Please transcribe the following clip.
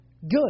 good